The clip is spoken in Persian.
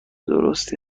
درستی